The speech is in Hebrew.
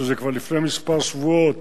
שזה כבר לפני כמה שבועות,